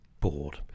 bored